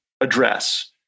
address